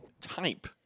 type